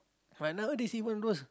but nowadays even those